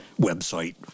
website